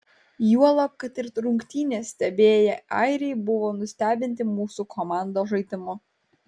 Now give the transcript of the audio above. juolab kad ir rungtynes stebėję airiai buvo nustebinti mūsų komandos žaidimu